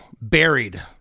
buried